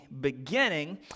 beginning